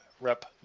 Rep